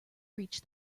reach